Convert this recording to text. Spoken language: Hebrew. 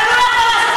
אבל לא, זה